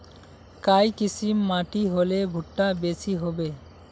काई किसम माटी होले भुट्टा बेसी होबे?